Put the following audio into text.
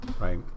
right